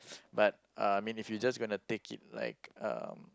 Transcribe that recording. but uh I mean if you just gonna take it like um